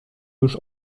już